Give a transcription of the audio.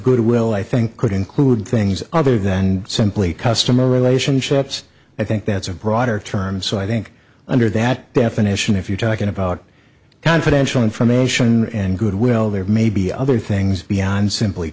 good will i think could include things other than simply customer relationships i think that's a broader term so i think under that definition if you're talking about confidential information and goodwill there may be other things beyond simply